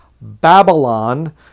Babylon